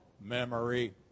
memory